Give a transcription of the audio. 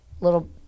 little